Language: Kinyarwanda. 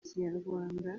kinyarwanda